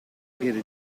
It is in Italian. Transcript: piede